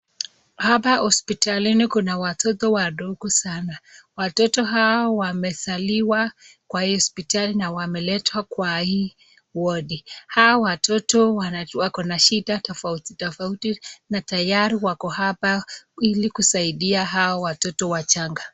Hapa hospitalini kuna watoto wadogo sana. Watoto hao wamezaliwa kwa hii hospitali na wameletwa kwa hii wodi. Hao watoto wakona shida tofauti tofauti na tayari wako hapa ili kusaidia hao watoto wachanga.